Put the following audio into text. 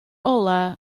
olau